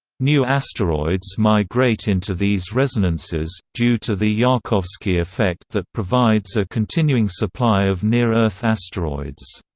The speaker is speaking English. new asteroids migrate into these resonances, due to the yarkovsky effect that provides a continuing supply of near-earth asteroids.